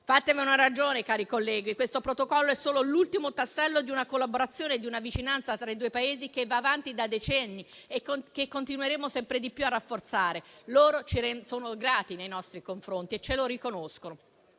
Fatevene una ragione, cari colleghi: questo Protocollo è solo l'ultimo tassello di una collaborazione e di una vicinanza tra i due Paesi che va avanti da decenni, che continueremo sempre di più a rafforzare. Loro ci sono grati e ce lo riconoscono.